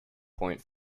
point